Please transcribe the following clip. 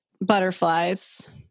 butterflies